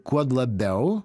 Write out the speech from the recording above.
kuo labiau